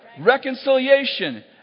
Reconciliation